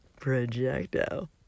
Projecto